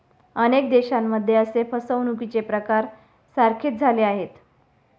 अनेक देशांमध्ये असे फसवणुकीचे प्रकार सारखेच झाले आहेत